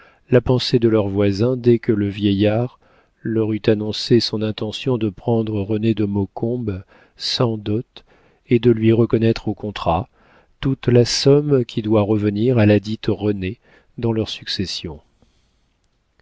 la pensée de leur voisin dès que le vieillard leur eut annoncé son intention de prendre renée de maucombe sans dot et de lui reconnaître au contrat toute la somme qui doit revenir à ladite renée dans leurs successions